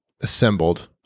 assembled